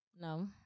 No